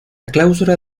clausura